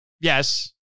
Yes